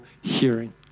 hearing